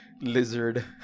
lizard